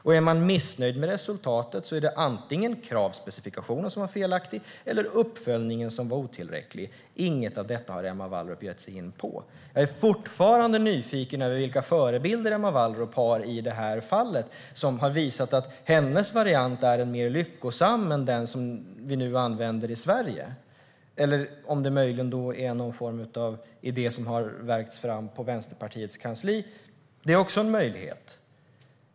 Och är man missnöjd med resultatet är det antingen kravspecifikationen som var felaktig eller uppföljningen som var otillräcklig. Inget av detta har Emma Wallrup gett sig in på. Jag är fortfarande nyfiken på vilka förebilder Emma Wallrup har i det här fallet som har visat att hennes variant är mer lyckosam än den som vi nu använder i Sverige. Eller är det möjligen någon form av idé som har värkts fram på Vänsterpartiets kansli? Det är också en möjlighet.